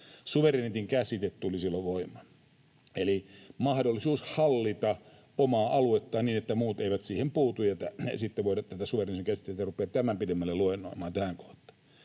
Suvereniteetin käsite tuli silloin voimaan, eli mahdollisuus hallita omaa aluettaan niin, että muut eivät siihen puutu. — En tätä suvereniteetin käsitettä rupea tämän pidemmälle luennoimaan tässä kohtaa.